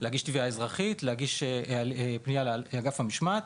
להגיש תביעה אזרחית; להגיש תביעה אגף המשמעת.